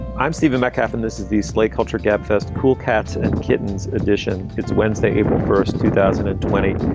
i'm stephen metcalf and this is the slate culture gabfest cool cats and kittens edition. it's wednesday, april first, two thousand and twenty.